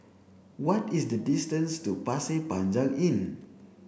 what is the distance to Pasir Panjang Inn